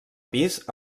pis